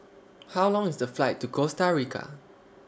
How Long IS The Flight to Costa Rica